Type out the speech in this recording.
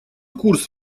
курс